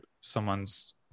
someone's